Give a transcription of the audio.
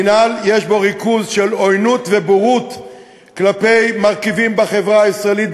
במינהל יש ריכוז של בורות ועוינות כלפי מרכיבים בחברה הישראלית,